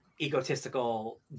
egotistical